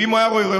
ואם הוא היה יכול,